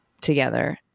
together